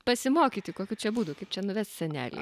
pasimokyti kokių čia būdų kaip čia nuvest senelį